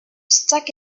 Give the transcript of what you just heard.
stuck